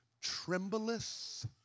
trembleth